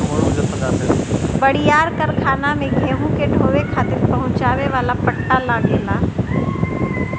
बड़ियार कारखाना में गेहूं के ढोवे खातिर पहुंचावे वाला पट्टा लगेला